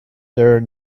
there